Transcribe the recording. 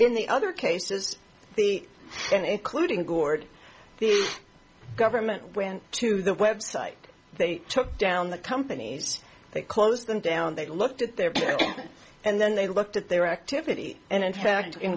in the other cases the end including gord the government went to the website they took down the companies they closed them down they looked at there and then they looked at their activity and